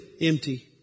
empty